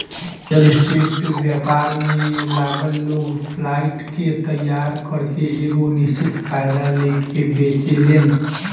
real estate व्यापार में लागल लोग फ्लाइट के तइयार करके एगो निश्चित फायदा लेके बेचेलेन